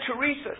Teresa